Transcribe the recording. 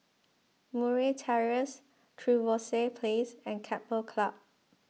Murray Terrace Trevose Place and Keppel Club